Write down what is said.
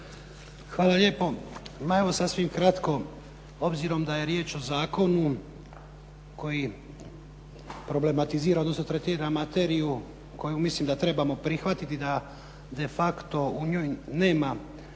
Hvala lijepo. Ma evo, sasvim kratko, obzirom da je riječ o zakonu koji problematizira, odnosno tretira materiju koju mislim da trebamo prihvatiti i da de facto u njoj nema